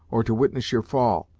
or to witness your fall,